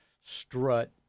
strut